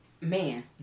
Man